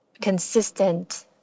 consistent